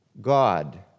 God